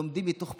לומדים מתוך בחירה,